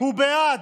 הוא בעד.